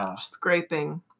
scraping